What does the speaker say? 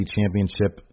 Championship